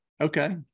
Okay